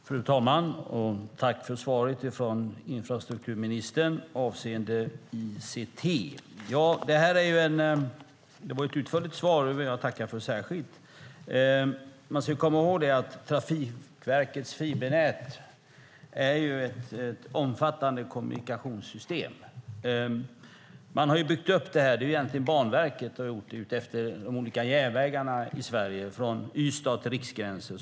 Fru talman! Tack för svaret avseende ICT, infrastrukturministern! Det var ett utförligt svar, och det vill jag tacka för särskilt. Man ska komma ihåg att Trafikverkets fibernät är ett omfattande kommunikationssystem. Man har byggt upp detta - det är egentligen Banverket som har gjort det - utefter de olika järnvägarna i Sverige, från Ystad till Riksgränsen.